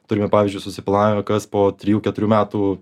turime pavyzdžiui susiplanavę kas po trijų keturių metų